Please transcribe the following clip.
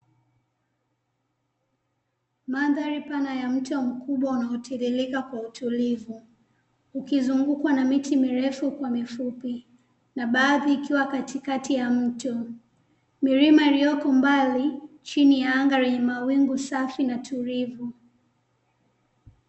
Mandhari pana ya mto mkubwa unaotiririka kwa utulivu, ukizungukwa na miti mirefu kwa mifupi, na baadhi ikiwa katikati ya mto, milima iliyoko mbali chini ya anga lenye mawingu safi na tulivu.